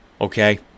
okay